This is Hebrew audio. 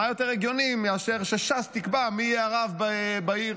מה יותר הגיוני מאשר ש"ס תקבע מי יהיה הרב בעיר?